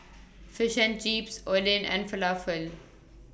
Fish and Chips Oden and Falafel